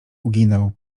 uginał